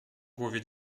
głowie